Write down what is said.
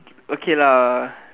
okay lah